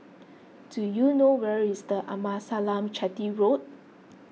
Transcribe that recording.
do you know where is the Amasalam Chetty Road